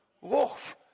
Woof